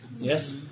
Yes